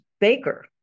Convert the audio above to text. Baker